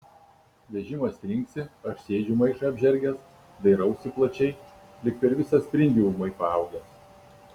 vežimas trinksi aš sėdžiu maišą apžergęs dairausi plačiai lyg per visą sprindį ūmai paaugęs